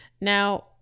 Now